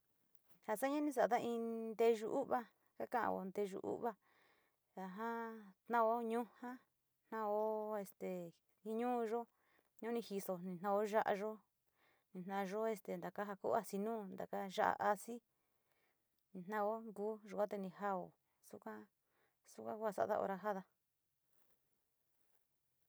Ja sa in, sada in teeyu uva, kakao nteyu uva ja jaa tao yujaa, tao este nuuyo nu ni jiso, tao ya´ayo, naayo taka ja ka asi nu taka ya´a asi, tao yuate ni jao suka kua saado hora jaada.